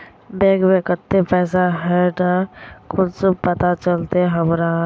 Bank में केते पैसा है ना है कुंसम पता चलते हमरा?